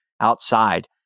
outside